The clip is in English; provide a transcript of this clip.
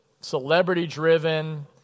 celebrity-driven